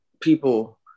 people